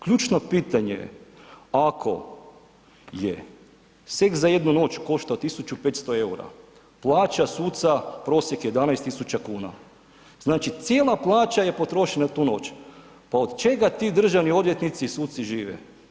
Ključno pitanje je ako je seks za jednu noć koštao 1500 eura, plaća suca prosjek je 11 000 kuna, znači cijela plaća je potrošena tu noć, pa od čega ti državni odvjetnici i suci žive?